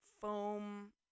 foam